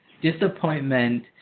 disappointment